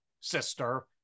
sister